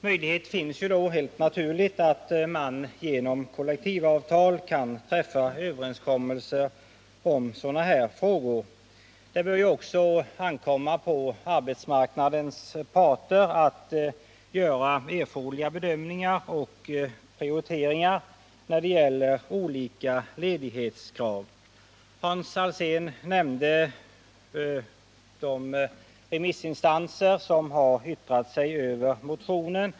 Möjlighet finns då helt naturligt att genom kollektiva avtal träffa överenskommelse i sådana här frågor. Det bör ju också ankomma på arbetsmarknadens parter att göra erforderliga bedömningar och prioriteringar när det gäller olika ledighetskrav. Hans Alsén nämnde de remissinstanser som har yttrat sig över motionen.